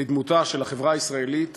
לדמותה של החברה הישראלית